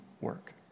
work